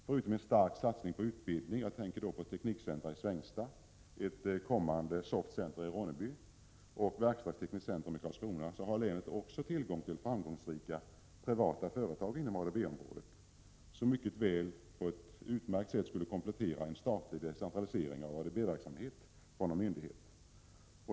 Förutom en stark satsning på utbildning — jag tänker då på teknikcentret i Svängsta, ett kommande soft-center i Ronneby och ett verkstadstekniskt centrum i Karlskrona — har länet framgångsrika privata företag inom ADB-området, som på ett utmärkt sätt skulle kunna komplettera en statlig decentralisering av ADB-verksamhet från någon myndighet.